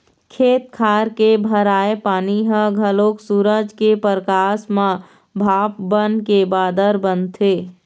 खेत खार के भराए पानी ह घलोक सूरज के परकास म भाप बनके बादर बनथे